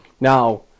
Now